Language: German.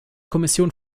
kommission